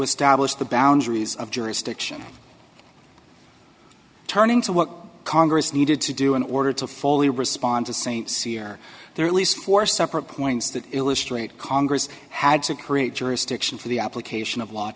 establish the boundaries of jurisdiction turning to what congress needed to do in order to fully respond to st cyr there are at least four separate points that illustrate congress had to create jurisdiction for the application of lots